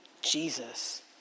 Jesus